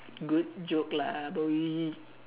good joke lah boy